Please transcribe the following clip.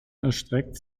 erstreckt